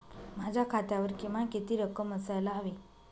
माझ्या खात्यावर किमान किती रक्कम असायला हवी?